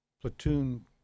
platoon